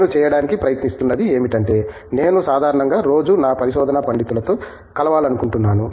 నేను చేయడానికి ప్రయత్నిస్తున్నది ఏమిటంటే నేను సాధారణంగా రోజూ నా పరిశోధనా పండితులతో కలవాలనుకుంటున్నాను